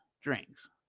drinks